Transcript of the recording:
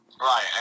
Right